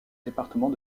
département